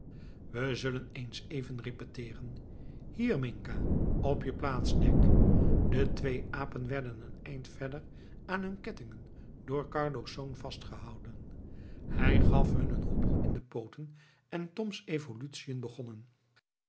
we zullen eens even repeteeren hier minca op je plaats jack de twee apen werden een eind verder aan hun kettingen door carlo's zoon vastgehouden hij gaf hun een hoepel in de pooten en toms evolutiën begonnen